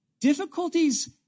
Difficulties